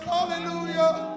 Hallelujah